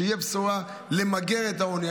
שתהיה בשורה למגר את העוני,